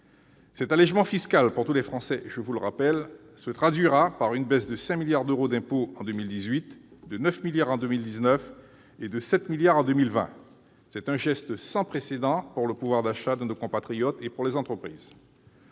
Cet allégement fiscal pour tous les Français, je vous le rappelle, se traduira par une baisse de 5 milliards d'euros d'impôts en 2018, de 9 milliards en 2019 et de 7 milliards en 2020. C'est un geste sans précédent pour le pouvoir d'achat de nos compatriotes et pour les entreprises.